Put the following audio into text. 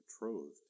betrothed